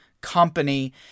company